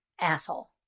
asshole